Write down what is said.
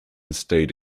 state